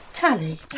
Tally